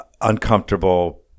uncomfortable